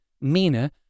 Mina